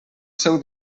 seu